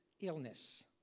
illness